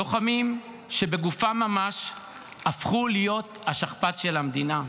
לוחמים שבגופם ממש הפכו להיות השכפ"ץ של המדינה,